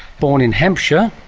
born in hampshire,